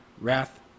Wrath